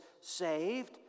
saved